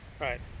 Right